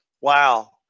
Wow